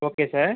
okay sir